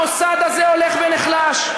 המוסד הזה הולך ונחלש,